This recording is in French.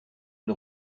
une